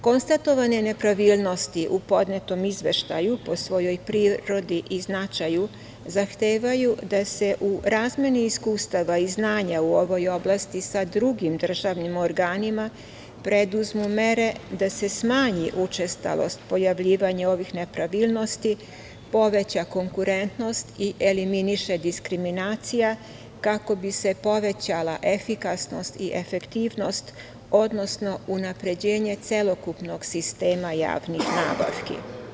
Konstatovanje nepravilnosti u podnetom izveštaju po svojoj prirodi i značaju zahtevaju da se u razmeni iskustava i znanja u ovoj oblasti sa drugim državnim organima preduzmu mere da se smanji učestalost pojavljivanja ovih nepravilnosti, poveća konkurentnost i eliminiše diskriminacija, kako bi se povećala efikasnost i efektivnost, odnosno unapređenje celokupnog sistema javnih nabavki.